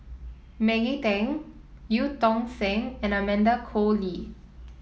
Maggie Teng Eu Tong Sen and Amanda Koe Lee